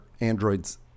androids